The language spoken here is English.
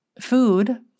food